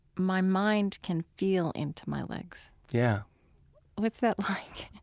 my mind can feel into my legs. yeah what's that like?